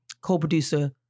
co-producer